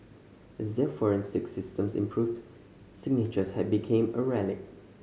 as their forensic systems improved signatures had became a relic